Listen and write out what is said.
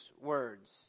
words